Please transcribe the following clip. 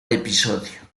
episodio